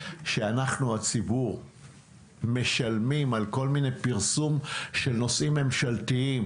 שאנחנו הציבור משלמים על כל מיני פרסום של נושאים ממשלתיים,